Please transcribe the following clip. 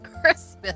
Christmas